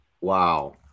Wow